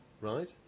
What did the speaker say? right